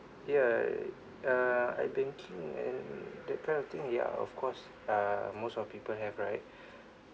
ya uh I thinking and then that kind of thing ya of course uh most of people have right